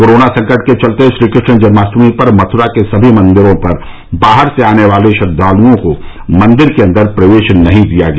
corona संकट के चलते श्रीकृष्ण जन्माष्टमी पर मथुरा के सभी मंदिरों पर बाहर से आने वाले श्रद्वालु को मंदिर के अंदर प्रवेश नहीं दिया गया